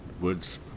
wood's